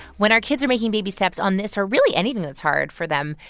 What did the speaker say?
when our kids are making baby steps on this or really anything that's hard for them,